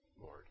Lord